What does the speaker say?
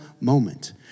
moment